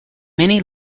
many